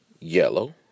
yellow